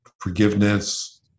forgiveness